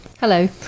Hello